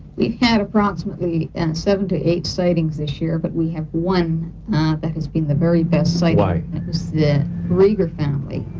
we've had approximately and seven to eight sightings this year. but we have one that has been the very best sighting. why? that was the rieger family.